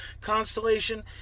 Constellation